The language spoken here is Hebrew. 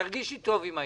תרגישי טוב עם העניין.